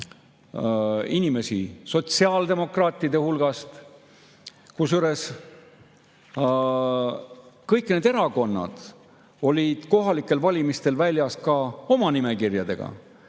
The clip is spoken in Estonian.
sotsiaaldemokraatide hulgast, kusjuures kõik need erakonnad olid kohalikel valimistel väljas ka oma nimekirjaga.